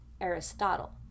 Aristotle